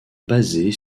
basée